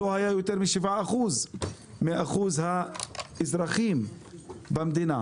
לא היה יותר משבעה אחוז מאחוז האזרחים במדינה,